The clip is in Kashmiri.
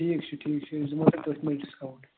ٹھیٖک چھُ ٹھیٖک چھُ أسۍ دِمہو تۄہہِ تٔتھۍ منٛز ڈِسکاوُنٛٹ